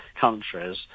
countries